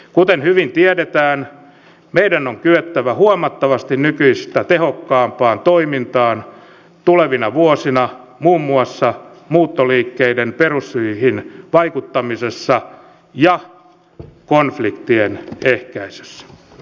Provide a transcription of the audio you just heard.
kuten hyvin tiedetään meidän on kyettävä huomattavasti nykyistä tehokkaampaan toimintaan tulevina vuosina muun muassa muuttoliikkeiden perussyihin vaikuttamisessa ja konfliktien ehkäisyssä